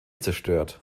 zerstört